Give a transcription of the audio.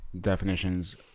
definitions